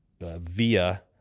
via